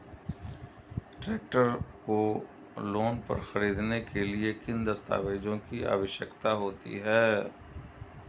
Tractor को loan पर खरीदने के लिए किन दस्तावेज़ों की आवश्यकता होती है?